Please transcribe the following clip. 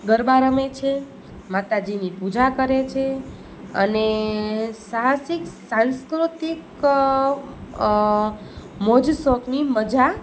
ગરબા રમે છે માતાજીની પૂજા કરે છે અને સાહસિક સાંસ્કૃતિક મોજ શોખની મજા